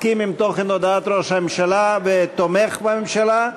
מסכים עם תוכן הודעת ראש הממשלה ותומך בממשלה,